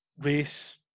race